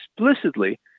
explicitly